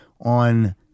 on